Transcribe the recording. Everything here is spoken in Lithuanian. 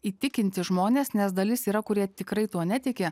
įtikinti žmones nes dalis yra kurie tikrai tuo netiki